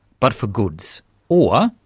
but for goods or,